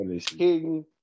King